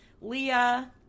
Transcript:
Leah